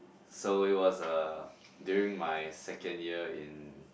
so it was uh during my second year in